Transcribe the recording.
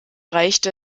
reichte